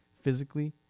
physically